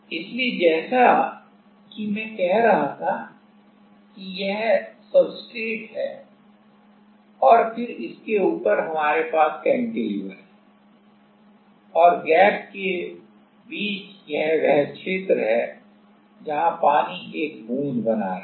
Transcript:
इसलिए जैसा कि मैं कह रहा था कि यह सब्सट्रेट है और फिर इसके ऊपर हमारे पास कैंटिलीवर है और गैप के बीच यह वह क्षेत्र है जहां पानी एक बूंद बना रहा था